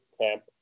camp